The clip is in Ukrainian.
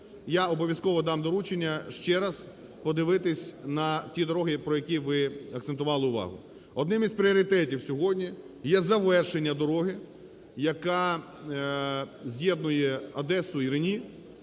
Я обов'язково дам доручення ще раз подивитися на ті дороги, про які ви акцентували увагу. Одним із пріоритетів сьогодні є завершення дороги, яка з'єднує Одесу і Рені